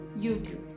YouTube